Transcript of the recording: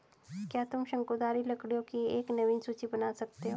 क्या तुम शंकुधारी लकड़ियों की एक नवीन सूची बना सकते हो?